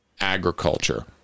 agriculture